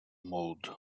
mode